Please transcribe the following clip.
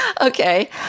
Okay